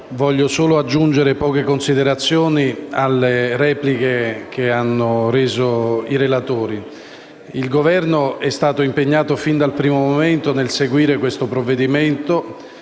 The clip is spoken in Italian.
voglio solo aggiungere alcune considerazioni alle repliche svolte dai relatori. Il Governo è stato impegnato fin dal primo momento nel seguire questo provvedimento